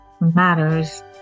matters